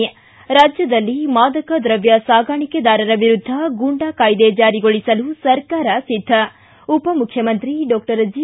ಿ ರಾಜ್ಯದಲ್ಲಿ ಮಾದಕ ದ್ರವ್ಯ ಸಾಗಾಣಿಕೆದಾರರ ವಿರುದ್ದ ಗೂಂಡಾ ಕಾಯ್ದೆ ಜಾರಿಗೊಳಿಸಲು ಸರ್ಕಾರ ಸಿದ್ದ ಉಪಮುಖ್ಯಮಂತ್ರಿ ಡಾಕ್ಷರ್ ಜಿ